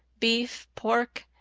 beef, pork,